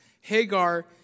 Hagar